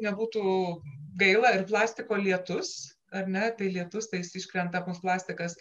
nebūtų gaila ir plastiko lietus ar ne tai lietus taijis iškrenta plastikas